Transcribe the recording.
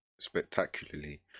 spectacularly